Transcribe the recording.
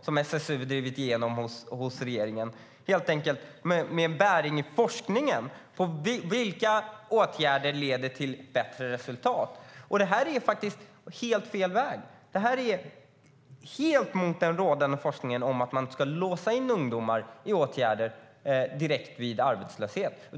som SSU drev igenom hos regeringen. Men vilka åtgärder leder till bättre resultat enligt forskningen? Det här är helt fel väg och helt mot den rådande forskningen som säger att man inte ska låsa in ungdomar i åtgärder direkt vid arbetslöshet.